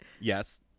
Yes